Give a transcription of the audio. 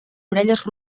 orelles